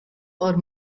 are